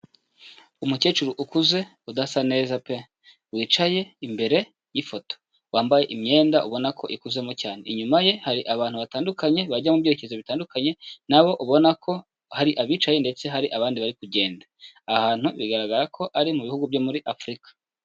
Umukecuru ukuze udasa neza pe wicaye imbere y'ifoto wambaye imyenda ubona ko ikuzimo cyane, inyuma ye hari abantu batandukanye bajya mu byerekezo bitandukanye na bo ubona ko hari abicaye ndetse hari abandi bari kugenda, aha hantu bigaragara ko ari mu bihugu byo muri Afurika.